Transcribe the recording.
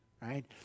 right